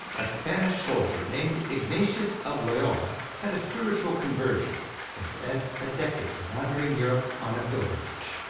a spanish soldier named ignatius of loyola had a spiritual conversion and spent a decade wandering europe on a pilgrimage.